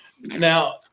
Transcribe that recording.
Now